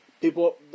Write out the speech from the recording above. people